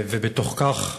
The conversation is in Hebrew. ובתוך כך,